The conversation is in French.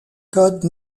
codes